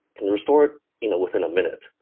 can restore it you know within a minute.